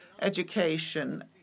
education